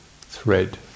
thread